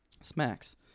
Smacks